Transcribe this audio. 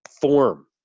form